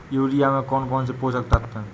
Urea में कौन कौन से पोषक तत्व है?